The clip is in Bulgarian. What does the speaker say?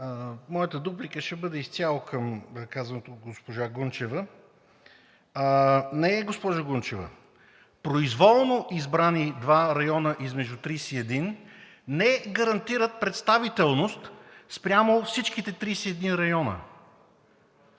Моята дуплика ще бъде изцяло към казаното от госпожа Гунчева. Не, госпожо Гунчева, произволно избрани два района измежду 31 не гарантират представителност спрямо всичките 31 района.